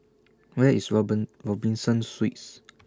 Where IS Robinson Suites